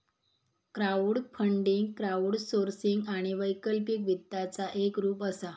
crowdfunding crowdsourcing आणि वैकल्पिक वित्ताचा एक रूप असा